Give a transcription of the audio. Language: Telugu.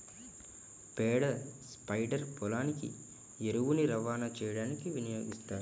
పేడ స్ప్రెడర్ పొలానికి ఎరువుని రవాణా చేయడానికి వినియోగిస్తారు